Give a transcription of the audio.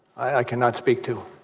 i cannot speak to